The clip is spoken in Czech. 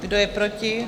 Kdo je proti?